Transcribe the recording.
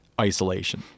isolation